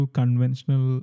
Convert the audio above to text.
conventional